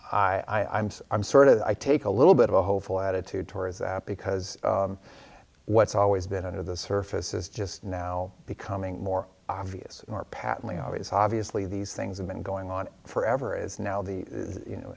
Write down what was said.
of i take a little bit of a hopeful attitude towards that because what's always been under the surface is just now becoming more obvious more patently obvious obviously these things have been going on forever is now the you know